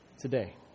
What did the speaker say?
today